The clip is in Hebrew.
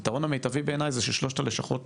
הפתרון המיטבי בעיני הוא ששלוש הלשכות